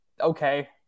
Okay